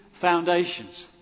foundations